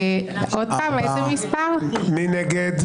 מי נגד?